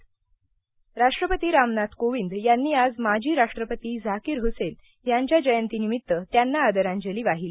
झाकीर हसेन राष्ट्रपती रामनाथ कोविंद यांनी आज माजी राष्ट्रपती झाकीर हुसेन यांच्या जयंती निमित्त त्यांना आदरांजली वाहिली